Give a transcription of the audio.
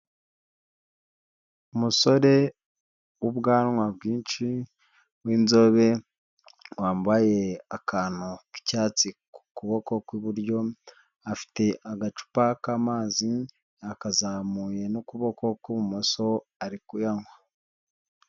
Umusore w'ubwanwa bwinshi w'inzobe wambaye akantu k'icyatsi ku kuboko kw'iburyo afite agacupa k'amazi yakazamuye n'ukuboko kw'ibumoso ari kuyanywa.